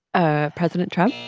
ah president trump?